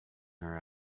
her